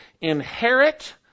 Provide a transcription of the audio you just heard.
inherit